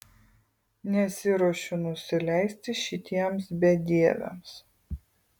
nesiruošiu nusileisti šitiems bedieviams